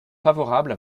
favorables